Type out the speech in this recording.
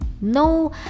no